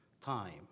time